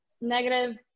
negative